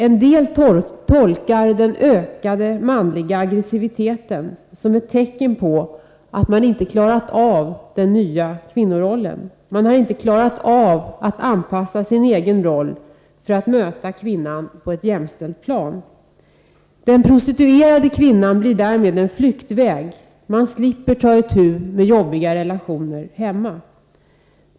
En del tolkar den ökade manliga aggressiviteten som ett tecken på att männen inte klarat av den nya kvinnorollen, att de inte har klarat av att anpassa sin egen roll för att möta kvinnan på ett jämställt plan. Den prostituerade kvinnan blir därmed en flyktväg — man slipper ta itu med jobbiga relationer hemma.